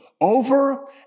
over